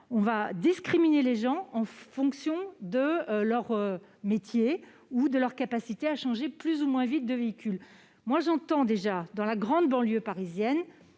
à discriminer les gens en fonction de leur métier ou de leur capacité à changer plus ou moins vite de véhicule. J'entends déjà, dans la grande banlieue parisienne,